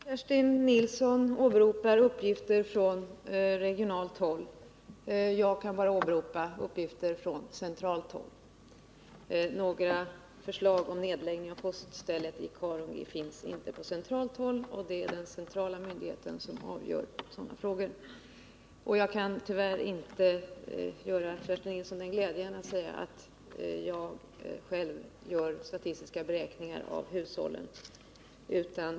Herr talman! Kerstin Nilsson åberopar uppgifter från regionalt håll. Jag kan bara åberopa uppgifter från centralt håll. Några förslag om nedläggning av poststället i Karungi finns inte på centralt håll, och det är den centrala myndigheten som avgör sådana frågor. Jag kan tyvärr inte bereda Kerstin Nilsson den glädjen att säga att jag själv gör statistiska beräkningar av hushållen.